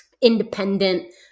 independent